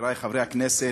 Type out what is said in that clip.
חברי חברי הכנסת,